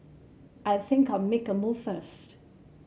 I think I'll make a move first